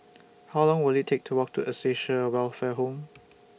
How Long Will IT Take to Walk to Acacia Welfare Home